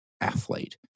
athlete